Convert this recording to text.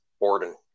Borden